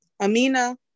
amina